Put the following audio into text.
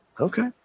Okay